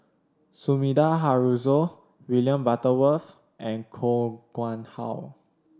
Sumida Haruzo William Butterworth and Koh Nguang How